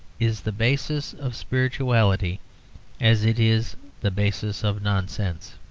is the basis of spirituality as it is the basis of nonsense.